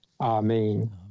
amen